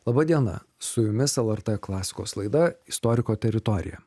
laba diena su jumis lrt klasikos laida istoriko teritorija